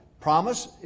promise